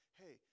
hey